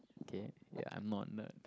okay ya I'm not a nerd